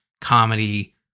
comedy